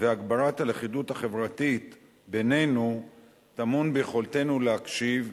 ולהגברת הלכידות החברתית בינינו טמון ביכולתנו להקשיב,